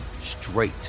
straight